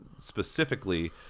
specifically